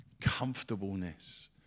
comfortableness